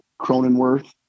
Cronenworth